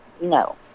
No